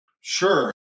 Sure